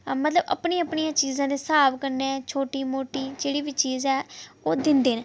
मतलब अपनियें अपनियें चीजें दे स्हाब कन्नै छोटी मोटी जेह्ड़ी बी चीज ऐ ओह् दिंदे न